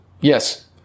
yes